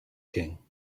king